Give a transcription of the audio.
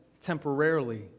temporarily